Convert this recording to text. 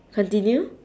continue